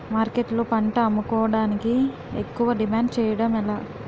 మార్కెట్లో పంట అమ్ముకోడానికి ఎక్కువ డిమాండ్ చేయడం ఎలా?